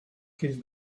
his